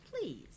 Please